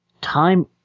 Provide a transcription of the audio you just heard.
Time